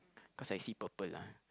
cause I see purple lah